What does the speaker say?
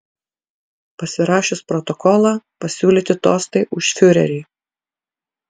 pasirašius protokolą pasiūlyti tostai už fiurerį